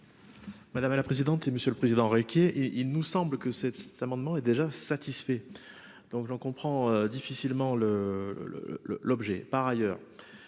Madame la présidente, monsieur le Président Riquier et il nous semble que cet amendement est déjà satisfait donc j'en comprends difficilement le le le l'objet par ailleurs